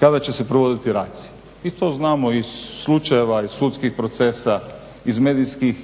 kada će se provoditi racija. I to znamo iz slučajeva iz sudskih procesa iz medijskih